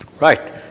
Right